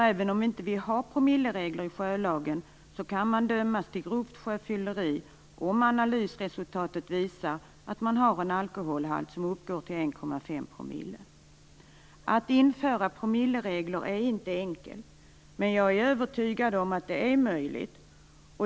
Även om vi inte har promilleregler i sjölagen kan man nämligen dömas till grovt sjöfylleri om analysresultatet visar att man har en alkoholhalt som uppgår till 1,5 %. Införandet av promilleregler är inte enkelt, men jag är övertygad om att det är möjligt.